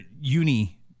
Uni